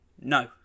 No